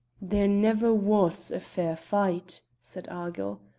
there never was a fair fight, said argyll,